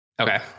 Okay